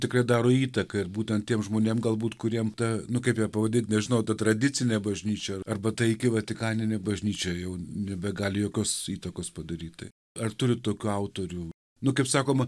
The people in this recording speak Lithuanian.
tikrai daro įtaką ir būtent tiem žmonėm galbūt kuriem ta nu kaip ją pavadint nežinau ta tradicinė bažnyčia arba taiki vatikaninė bažnyčia jau nebegali jokios įtakos padaryti ar turit tokių autorių nu kaip sakoma